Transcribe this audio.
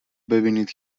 ببینید